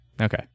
Okay